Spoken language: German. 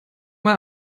mal